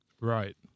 Right